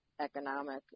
economic